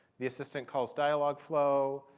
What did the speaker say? the assistant calls dialogflow,